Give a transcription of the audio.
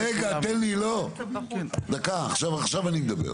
רגע, תן לי, עכשיו אני מדבר.